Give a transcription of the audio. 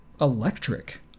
electric